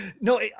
No